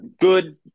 good